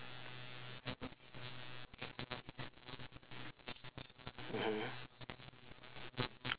mmhmm